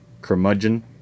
curmudgeon